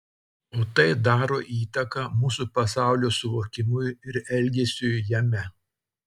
o tai daro įtaką mūsų pasaulio suvokimui ir elgesiui jame